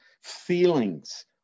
feelings